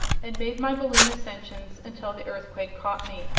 and made my balloon ascensions until the earthquake caught me.